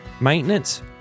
maintenance